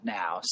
now